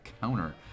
counter